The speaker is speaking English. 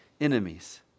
enemies